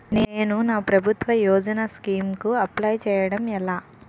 నేను నా ప్రభుత్వ యోజన స్కీం కు అప్లై చేయడం ఎలా?